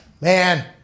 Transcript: man